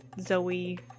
Zoe